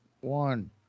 One